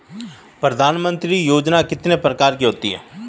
प्रधानमंत्री योजना कितने प्रकार की होती है?